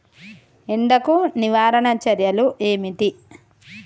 ఎండకు నివారణ చర్యలు ఏమిటి?